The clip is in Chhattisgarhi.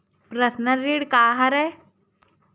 पर्सनल ऋण का हरय?